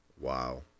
Wow